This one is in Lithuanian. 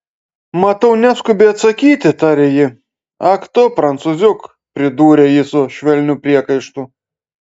matau neskubi atsakyti tarė ji ak tu prancūziuk pridūrė ji su švelniu priekaištu